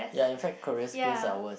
ya in fact career skills are worse